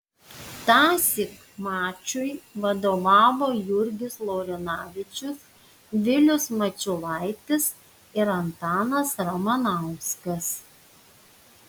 tąsyk mačui vadovavo jurgis laurinavičius vilius mačiulaitis ir antanas ramanauskas